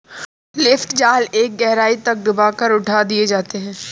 lift जाल एक गहराई तक डूबा कर उठा दिए जाते हैं